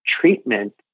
treatment